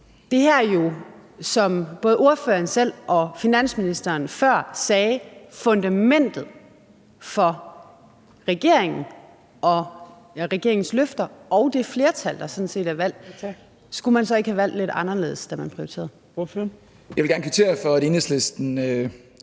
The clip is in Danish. Det her er jo, som både ordføreren selv og finansministeren før sagde, fundamentet for regeringen og regeringens løfter og det flertal, der sådan set er valgt. Skulle man så ikke have valgt lidt anderledes, da man prioriterede?